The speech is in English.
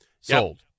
Sold